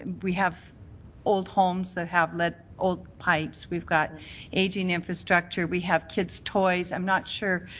we have old homes that have lead old pipes. we've got aging infrastructure. we have kids' toys. i'm not sure